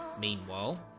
meanwhile